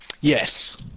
Yes